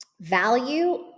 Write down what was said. Value